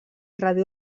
radi